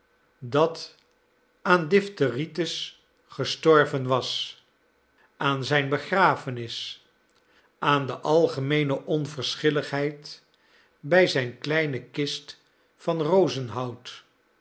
dat aan diphtheritis gestorven was aan zijn begrafenis aan de algemeene onverschilligheid bij zijn kleine kist van